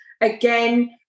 again